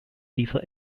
dieser